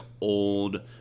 old